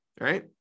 Right